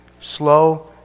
slow